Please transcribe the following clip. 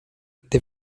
they